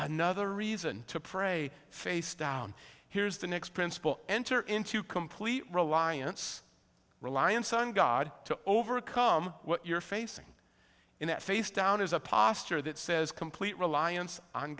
another reason to pray face down here's the next principle enter into complete reliance reliance on god to overcome what you're facing in that face down is a posture that says complete reliance on